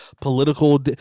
political